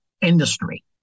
industry